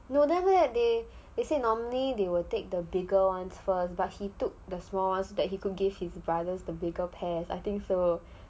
no then after that they they normally they will take the bigger ones first but he took the small ones that he could give his brothers the bigger pears I think so